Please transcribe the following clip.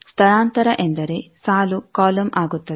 ಸ್ಥಳಾಂತರ ಎಂದರೆ ಸಾಲು ಕಾಲಮ್ ಆಗುತ್ತದೆ